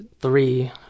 three